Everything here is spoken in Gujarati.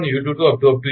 આ તમારો u11 u22